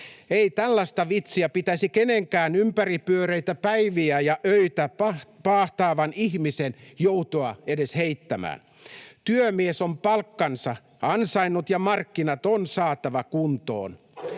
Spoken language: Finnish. Ei tällaista vitsiä pitäisi kenenkään ympäripyöreitä päiviä ja öitä paahtavan ihmisen joutua edes heittämään. Työmies on palkkansa ansainnut, ja markkinat on saatava kuntoon.